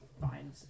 fine